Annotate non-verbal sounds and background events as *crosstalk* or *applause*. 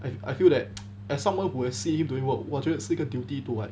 I feel that *noise* as someone who has see him doing work 我觉得是个 duty to like